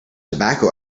tobacco